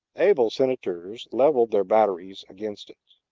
able senators leveled their batteries against it.